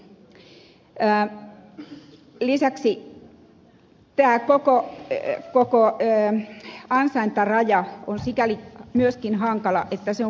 lisäksi tämä koko ansaintaraja on sikäli myöskin hankala että se on kuukausittainen